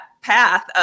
path